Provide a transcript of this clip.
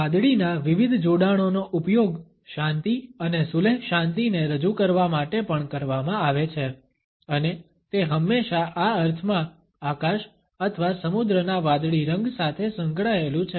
વાદળીના વિવિધ જોડાણોનો ઉપયોગ શાંતિ અને સુલેહ શાંતિને રજુ કરવા માટે પણ કરવામાં આવે છે અને તે હંમેશા આ અર્થમાં આકાશ અથવા સમુદ્રના વાદળી રંગ સાથે સંકળાયેલું છે